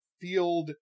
field